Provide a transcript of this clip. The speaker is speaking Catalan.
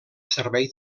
servei